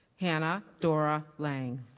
hannah dora lang.